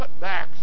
cutbacks